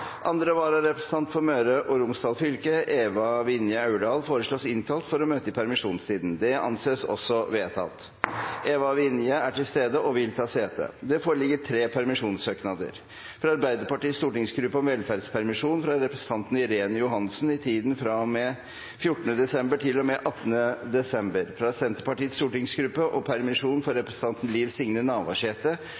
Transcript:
Andre vararepresentant for Møre og Romsdal fylke, Eva Vinje Aurdal, innkalles for å møte i permisjonstiden. Eva Vinje Aurdal er til stede og vil ta sete. Det foreligger tre permisjonssøknader: fra Arbeiderpartiets stortingsgruppe om velferdspermisjon for representanten Irene Johansen i tiden fra og med 14. desember til og med 18. desember fra Senterpartiets stortingsgruppe om permisjon for representanten Liv Signe Navarsete